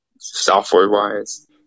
software-wise